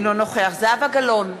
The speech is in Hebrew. אינו נוכח זהבה גלאון,